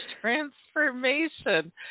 transformation